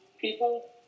people